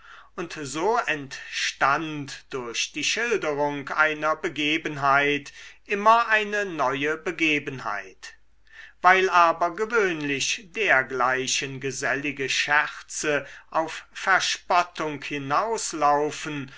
und so entstand durch die schilderung einer begebenheit immer eine neue begebenheit weil aber gewöhnlich dergleichen gesellige scherze auf verspottung hinauslaufen